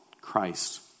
Christ